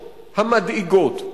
המדאיגות,